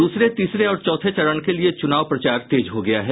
दूसरे तीसरे और चौथे चरण के लिये चुनाव प्रचार तेज हो गया है